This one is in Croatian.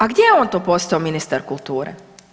A gdje je on to postao ministar kulture?